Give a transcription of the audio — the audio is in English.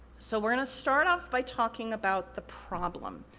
so, we're gonna start off by talking about the problem,